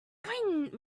going